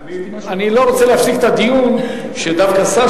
אני לא רוצה להפסיק את הדיון שדווקא שר,